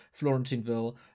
Florentineville